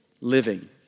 living